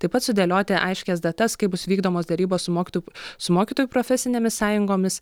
taip pat sudėlioti aiškias datas kaip bus vykdomos derybos su mokytojų su mokytojų profesinėmis sąjungomis